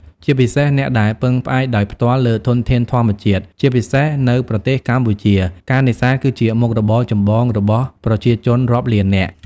ជាពិសេសអ្នកដែលពឹងផ្អែកដោយផ្ទាល់លើធនធានធម្មជាតិ ជាពិសេសនៅប្រទេសកម្ពុជា ការនេសាទគឺជាមុខរបរចម្បងរបស់ប្រជាជនរាប់លាននាក់។